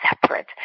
separate